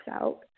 out